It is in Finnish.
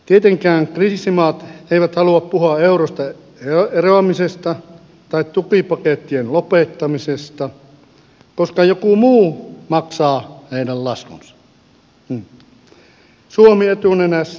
tietenkään kriisimaat eivät halua puhua eurosta eroamisesta tai tukipakettien lopettamisesta koska joku muu maksaa heidän laskunsa suomi etunenässä